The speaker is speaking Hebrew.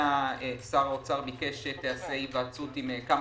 שר האוצר ביקש שתיעשה היוועצות עם כמה